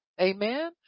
Amen